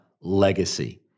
legacy